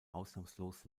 ausnahmslos